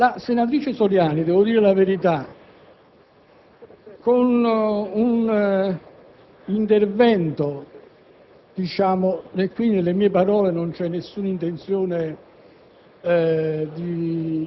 Presidente, penso che il confronto ed il dibattito che si stanno sviluppando in quest'Aula su questi temi siano esplicativi della serietà